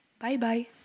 Bye-bye